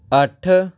ਅੱਠ